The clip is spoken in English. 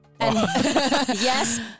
Yes